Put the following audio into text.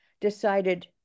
decided